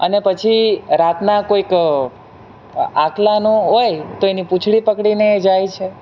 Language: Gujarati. અને પછી રાતના કોઈક આ આખલાનું હોય તો એની પૂંછડી પકડીને એ જાય છે